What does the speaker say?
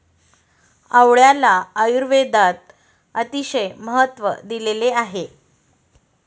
आवळ्याला आयुर्वेदात अतिशय महत्त्व दिलेले आहे